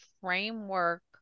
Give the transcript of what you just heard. framework